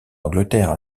angleterre